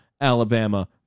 Alabama